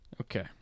Okay